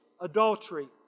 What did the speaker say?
adultery